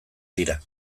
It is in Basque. dira